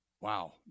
wow